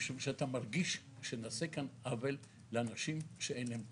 משום שאתה מרגיש שנעשה כאן עוול לאנשים שאין להם קול,